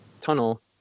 tunnel